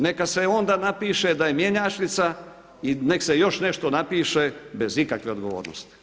Neka se onda napiše da je mjenjačnica i neka se još nešto napiše bez ikakve odgovornosti.